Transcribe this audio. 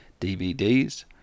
DVDs